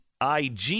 IG